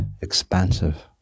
expansive